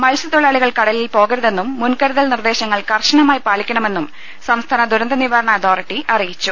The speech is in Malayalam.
മത്സ്യത്തൊഴിലാളികൾ കടലിൽ പോകരുതെന്നും മുൻകരുതൽ നിർദ്ദേശങ്ങൾ കർശനമായി പാലിക്കണമെന്നും സംസ്ഥാന ദുരന്ത നിവാ രണ അതോറിറ്റി അറിയിച്ചു